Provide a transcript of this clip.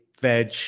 veg